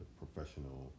professional